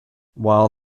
while